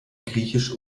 griechisch